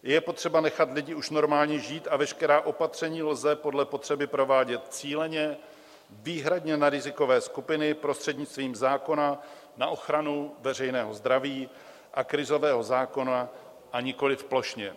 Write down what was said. Je potřeba nechat lidi už normálně žít a veškerá opatření lze podle potřeby provádět cíleně, výhradně na rizikové skupiny prostřednictvím zákona na ochranu veřejného zdraví a krizového zákona, a nikoli plošně.